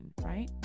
right